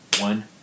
one